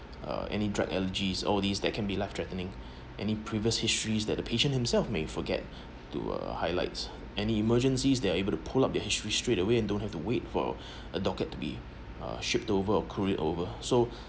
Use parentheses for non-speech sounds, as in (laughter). uh any drag allergies all these that can be life threatening (breath) any previous histories that the patient himself may forget to a highlights any emergencies they're able to pull up their history straight away and don't have to wait for (breath) a docket to be uh ship over or crew it over so